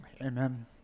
Amen